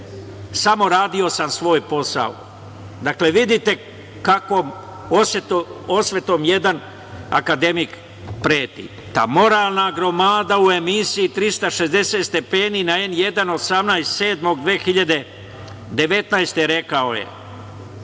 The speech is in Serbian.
samo – radio sam svoj posao“. Dakle, vidite kakvom osvetom jedan akademik preti. Ta moralna gromada u emisiji „360 stepeni“ na N1, 18. jula 2019.